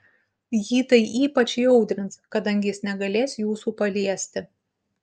jį tai ypač įaudrins kadangi jis negalės jūsų paliesti